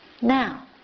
now